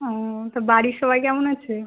ও তোর বাড়ির সবাই কেমন আছে